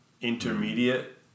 intermediate